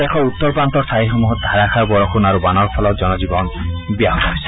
দেশৰ উত্তৰ প্ৰান্তৰ ঠাইসমূহত ধাৰাষাৰ বৰষুণ আৰু বানৰ ফলত জনজীৱন ব্যাহত হৈছে